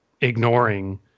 ignoring